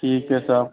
ठीक है साहब